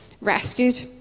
rescued